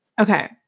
okay